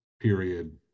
period